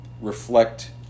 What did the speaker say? reflect